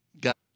got